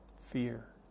Fear